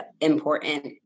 important